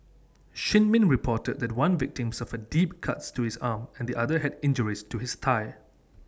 shin min reported that one victim suffered deep cuts to his arm and the other had injuries to his thigh